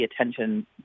attention